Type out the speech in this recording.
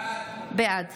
בעד